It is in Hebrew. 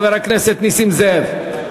חבר הכנסת נסים זאב.